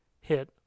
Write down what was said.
hit